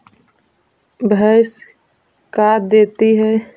भैंस का देती है?